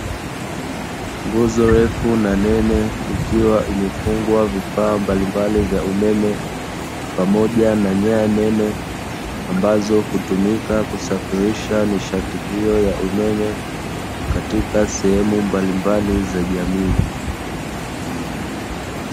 Nguzo refu na nene ikiwa imefungwa vifaa mbalimbali vya umeme pamoja na nyaya nene ambazo hutumika kusafirisha nishati hiyo ya umeme katika sehemu mbalimbali za jamiii.